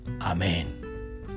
Amen